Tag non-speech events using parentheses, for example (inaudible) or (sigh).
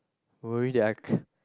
worry that I (breath)